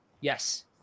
yes